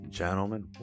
gentlemen